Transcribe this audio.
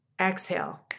Exhale